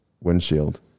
windshield